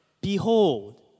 behold